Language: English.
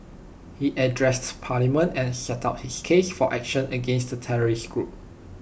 he addressed parliament and set out his case for action against the terrorist group